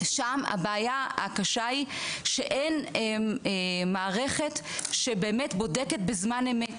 הבעיה הקשה שם היא שאין מערכת שבאמת בודקת בזמן אמת,